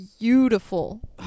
beautiful